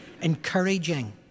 encouraging